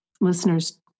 listeners